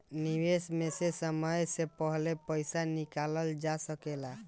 निवेश में से समय से पहले पईसा निकालल जा सेकला?